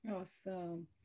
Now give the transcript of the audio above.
Awesome